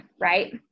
right